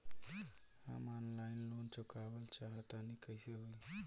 हम offline loan चुकावल चाहऽ तनि कइसे होई?